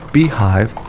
Beehive